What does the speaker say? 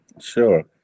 sure